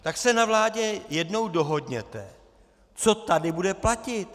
Tak se na vládě jednou dohodněte, co tady bude platit.